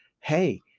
hey